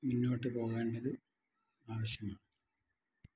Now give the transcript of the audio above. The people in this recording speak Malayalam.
മുന്നോട്ട് പോകേണ്ടത് ആവശ്യമാണ്